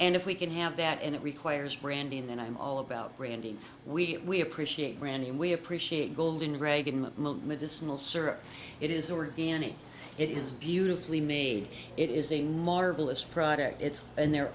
and if we can have that and it requires branding then i'm all about branding we appreciate branding we appreciate golden reagan medicinal syrup it is organic it is beautifully made it is a marvelous product it's and they're